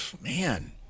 man